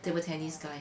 table tennis guy